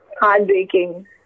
heartbreaking